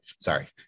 sorry